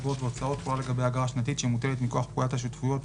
אגרות והוצאות (תחולה לגבי אגרה שנתית שמוטלת מכוח פקודת השותפויות ,